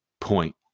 point